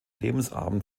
lebensabend